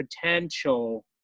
potential